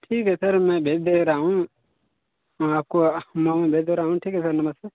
ठीक है सर मैं भेज दे रहा हूँ आपको मऊ में भेज दे रहा हूँ ठीक है सर नमस्ते